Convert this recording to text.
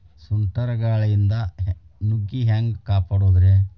ಸುಂಟರ್ ಗಾಳಿಯಿಂದ ನುಗ್ಗಿ ಹ್ಯಾಂಗ ಕಾಪಡೊದ್ರೇ?